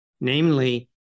namely